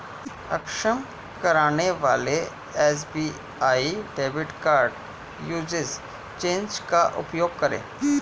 अक्षम करने वाले SBI debit card usage change का उपयोग करें